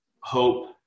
hope